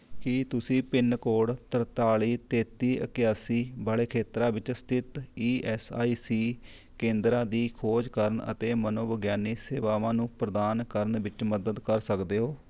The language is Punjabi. ਕੀ ਤੁਸੀਂ ਪਿੰਨਕੋਡ ਤਰਤਾਲੀ ਤੇਤੀ ਇਕਾਸੀ ਵਾਲੇ ਖੇਤਰਾਂ ਵਿੱਚ ਸਥਿਤ ਈ ਐੱਸ ਆਈ ਸੀ ਕੇਂਦਰਾਂ ਦੀ ਖੋਜ ਕਰਨ ਅਤੇ ਮਨੋਵਿਗਿਆਨੀ ਸੇਵਾਵਾਂ ਨੂੰ ਪ੍ਰਦਾਨ ਕਰਨ ਵਿੱਚ ਮਦਦ ਕਰ ਸਕਦੇ ਹੋ